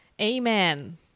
Amen